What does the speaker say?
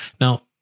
Now